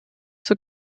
zur